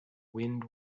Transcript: wind